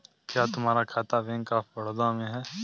क्या तुम्हारा खाता बैंक ऑफ बड़ौदा में है?